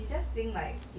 bloody taste